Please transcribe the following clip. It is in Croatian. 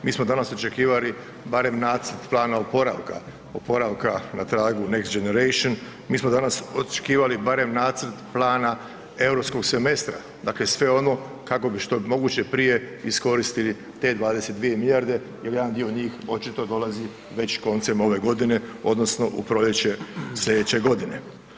Mi smo danas očekivali barem nacrt plana oporavka, oporavka na tragu next generation, mi smo danas očekivali barem nacrt plana europskog semestra, dakle sve ono kako bi što je moguće prije iskoristili te 22 milijarde jer jedan dio njih očito dolazi već koncem ove godine odnosno u proljeće slijedeće godine.